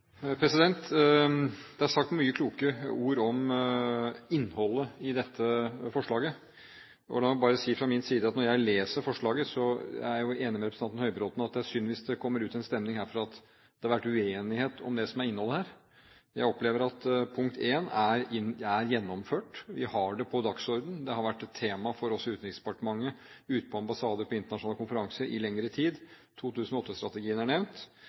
Det er sagt mange kloke ord om innholdet i dette representantforslaget. La meg bare si når det gjelder forslaget, at jeg er enig med representanten Høybråten i at det er synd hvis det kommer ut en stemning herfra om at det har vært uenighet om innholdet i forslaget. Jeg opplever at forslag nr. 1 i representantforslaget er gjennomført. Vi har det på dagsordenen. Det har vært et tema for oss i Utenriksdepartementet, ute ved ambassader og på internasjonale konferanser i lengre tid – 2008-strategien er nevnt.